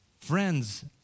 friends